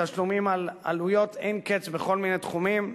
תשלומים על עלויות אין-קץ בכל מיני תחומים,